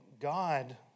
God